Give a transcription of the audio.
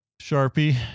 Sharpie